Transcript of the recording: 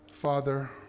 Father